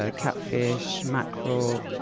ah catfish, mackerel,